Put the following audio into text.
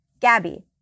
Gabby